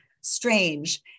strange